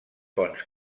ponts